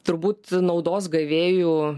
turbūt naudos gavėjų